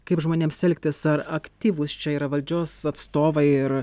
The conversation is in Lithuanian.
kaip žmonėms elgtis ar aktyvūs čia yra valdžios atstovai ir